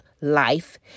life